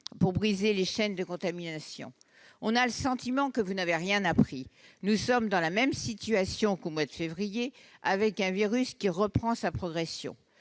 pour briser les chaînes de contamination. Nous avons le sentiment que vous n'avez rien appris : nous sommes dans la même situation qu'au mois de février, avec un virus qui reprend sa progression.